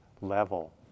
level